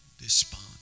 despond